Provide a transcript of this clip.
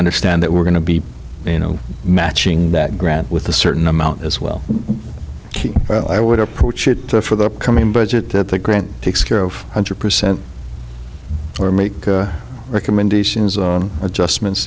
understand that we're going to be you know matching that graph with a certain amount as well i would approach it for the upcoming budget that the grant takes care of one hundred percent or make recommendations on adjustments